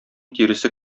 тиресе